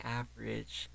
average